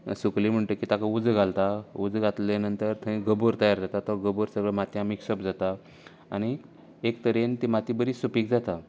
सुकली म्हणटकीर ताका उजो घालता उजो घातले नंतर थंय गोबर तयार जाता तो गोबर सगळो मातयांत मिक्सप जाता आनीक एक तरेन ती माती बरी सुपीक जाता